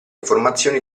informazioni